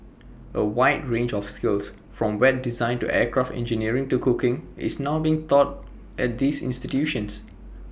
A wide range of skills from web design to aircraft engineering to cooking is now being taught at these institutions